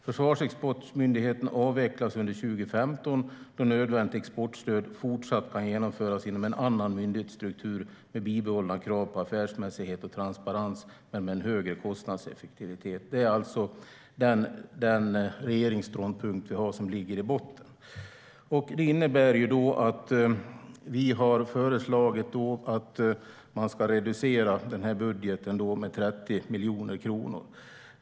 Försvarsexportmyndigheten avvecklas under 2015, då nödvändigt exportstöd fortsatt kan genomföras inom en annan myndighetsstruktur med bibehållna krav på affärsmässighet och transparens men med högre kostnadseffektivitet." Detta är alltså den regeringsståndpunkt som ligger i botten. Detta innebär att vi har föreslagit att man ska reducera budgeten med 30 miljoner kronor.